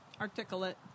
Articulate